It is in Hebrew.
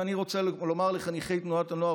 ואני רוצה לומר לחניכי תנועת הנוער